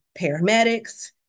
paramedics